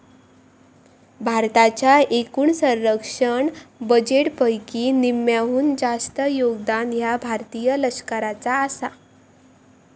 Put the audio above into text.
भारताच्या एकूण संरक्षण बजेटपैकी निम्म्याहून जास्त योगदान ह्या भारतीय लष्कराचा आसा